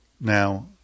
now